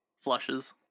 flushes